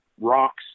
rocks